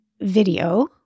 video